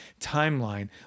timeline